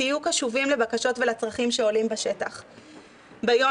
תהיו קשובים לבקשות ולצרכים שעולים בשטח ביום-יום,